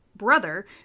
brother